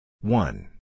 One